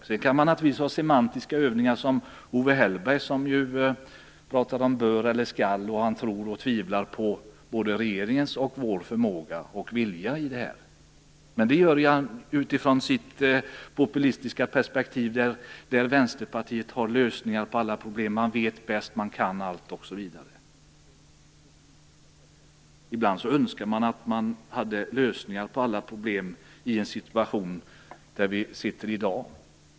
Sedan kan man naturligtvis göra semantiska övningar av det slag som Owe Hellberg ägnade sig åt när han talade om bör eller skall, och han tror och tvivlar på både regeringens och vår förmåga och vilja i detta sammanhang. Men det gör han utifrån sitt populistiska perspektiv där Vänsterpartiet har lösningar på alla problem, och de vet bäst och kan allt, osv. Ibland önskar man att man hade lösningar på alla problem i den situation som vi befinner oss i i dag.